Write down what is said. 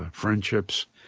friendships.